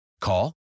Call